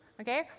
okay